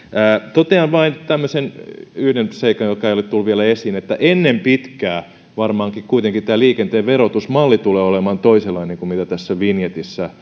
totean vain tämmöisen yhden seikan joka ei ole tullut vielä esiin että ennen pitkää varmaan kuitenkin liikenteen verotusmalli tulee olemaan toisenlainen kuin mitä tässä vinjetistä